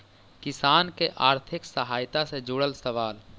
किसान के आर्थिक सहायता से जुड़ल सवाल?